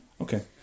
Okay